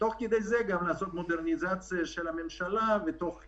ותוך כדי זה גם לעשות מודרניזציה של הממשלה באמצעות